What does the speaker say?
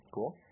Cool